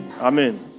Amen